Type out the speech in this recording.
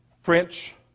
French